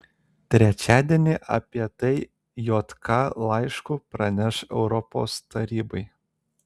trečiadienį apie tai jk laišku praneš europos tarybai